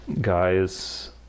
Guys